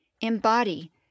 embody